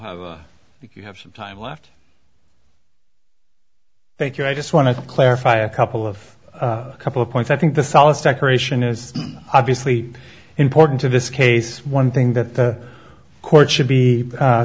have a if you have some time left thank you i just want to clarify a couple of a couple of points i think the solace decoration is obviously important to this case one thing that the court should be